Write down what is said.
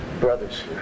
brothers